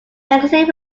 magazine